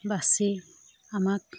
বাছি আমাক